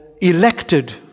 elected